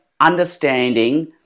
understanding